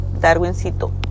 Darwincito